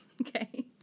Okay